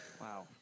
Wow